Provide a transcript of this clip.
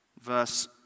Verse